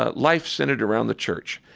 ah life centered around the church.